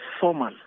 formal